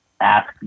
Ask